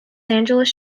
angeles